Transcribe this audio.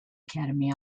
academy